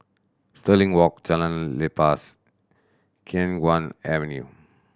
Stirling Walk Jalan Lepas Khiang Guan Avenue